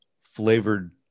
flavored